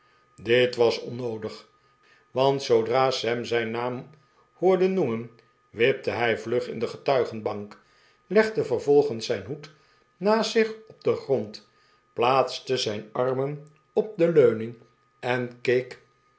dit was onnoodig want zoodra sam zijn naam hoorde noemen wipte hij vlug in de getuigenbank legde vervolgens zijn hoed naast zich op den grond plaatste zijn armen op de leuning en keek